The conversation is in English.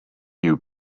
you